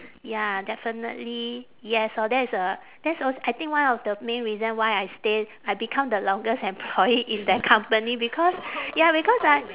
ya definitely yes orh that is uh that's als~ I think one of the main reason why I stay I become the longest employee in that company because ya because I